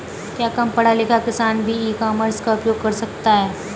क्या कम पढ़ा लिखा किसान भी ई कॉमर्स का उपयोग कर सकता है?